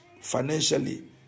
financially